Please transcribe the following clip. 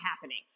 happening